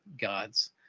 gods